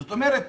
זאת אומרת,